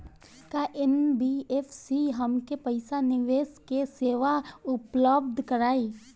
का एन.बी.एफ.सी हमके पईसा निवेश के सेवा उपलब्ध कराई?